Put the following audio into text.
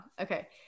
Okay